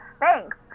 thanks